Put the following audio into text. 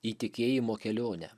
įtikėjimo kelionę